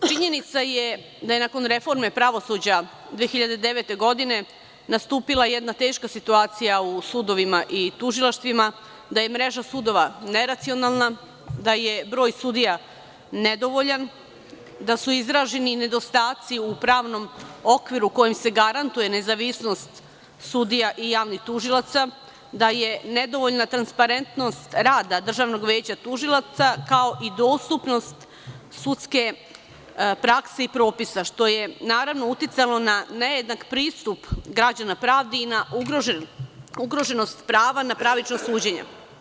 Činjenica je da je nakon reforme pravosuđa 2009. godine nastupila jedna teška situacija u sudovima i tužilaštvima, da je mreža sudova neracionalna, da je broj sudija nedovoljan, da su izraženi nedostaci u pravnom okviru kojim se garantuje nezavisnost sudija i javnih tužilaca, da je nedovoljna transparentnost rada Državnog veća tužilaca, kao i dostupnost sudske prakse i propisa, što je naravno uticalo na nejednak pristup građana pravdi, i na ugroženost prava na pravična suđenja.